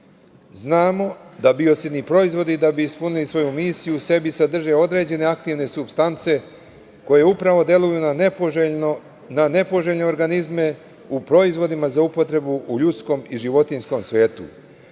Znamo da biocidni proizvodi, da bi ispunili svoju misiju u sebi sadrže određene aktivne supstance koje upravo deluj na nepoželjne organizme u proizvodima za upotrebu u ljudskom i životinjskom svetu.